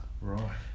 Right